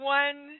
one